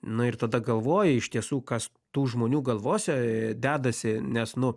nu ir tada galvoji iš tiesų kas tų žmonių galvose dedasi nes nu